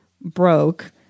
broke